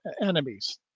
enemies